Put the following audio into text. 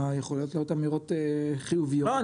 יכולות להיות אמירות חיוביות -- לא,